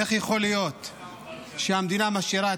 איך יכול להיות שהמדינה משאירה את